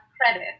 credit